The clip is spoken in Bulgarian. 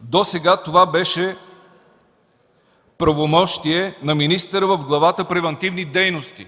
досега това беше правомощие на министъра в Главата „Превантивни дейности”,